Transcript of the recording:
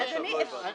עד עכשיו לא הבנתי.